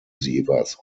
sievers